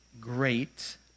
great